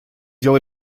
дел